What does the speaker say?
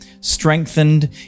strengthened